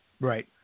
Right